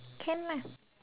can lah